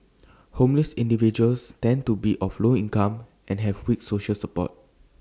homeless individuals tend to be of low income and have weak social support